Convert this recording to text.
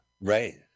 Right